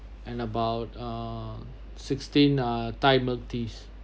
and about uh sixteen uh that milk teas